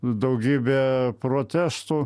daugybė protestų